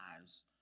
lives